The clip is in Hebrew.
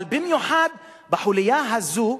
אבל במיוחד בחוליה הזו,